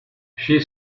she